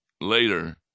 later